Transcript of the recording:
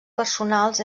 personals